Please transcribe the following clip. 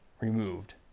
removed